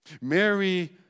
Mary